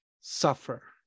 suffer